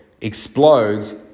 explodes